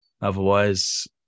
Otherwise